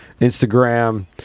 instagram